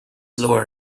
lower